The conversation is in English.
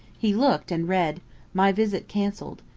he looked and read my visit cancelled.